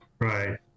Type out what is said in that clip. Right